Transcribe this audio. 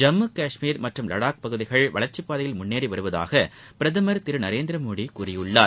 ஜம்மு கஷ்மீர் மற்றும் லடாக் பகுதிகள் வளர்ச்சிப் பாதையில் முன்னேறி வருவதாக பிரதமர் திரு நரேந்திர மோடி கூறியுள்ளார்